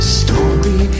story